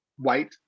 white